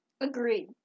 Agreed